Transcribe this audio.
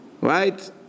right